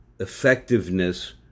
effectiveness